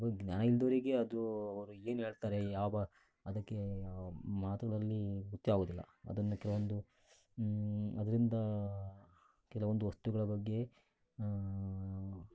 ಜ್ಞಾನ ಇಲ್ಲದೋರಿಗೆ ಅದು ಅವರು ಏನು ಹೇಳ್ತಾರೆ ಯಾವ ಅದಕ್ಕೆ ಮಾತುಗಳಲ್ಲಿ ಗೊತ್ತೇ ಆಗೋದಿಲ್ಲ ಅದನ್ನು ಕೆಲವೊಂದು ಅದರಿಂದ ಕೆಲವೊಂದು ವಸ್ತುಗಳ ಬಗ್ಗೆ